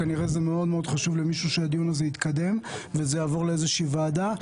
כנראה חשוב מאוד-מאוד למישהו שהדיון הזה יתקדם וזה יעבור לאיזושהי ועדה,